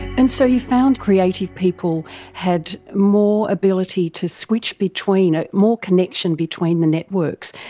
and so you found creative people had more ability to switch between, more connection between the networks.